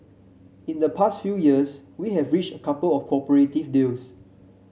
in the past few years we have reached a couple of cooperative deals